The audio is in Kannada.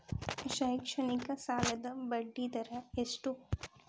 ಶೈಕ್ಷಣಿಕ ಸಾಲದ ಬಡ್ಡಿ ದರ ಎಷ್ಟು?